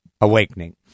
awakening